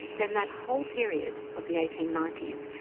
then that whole period of the eighteen ninety s,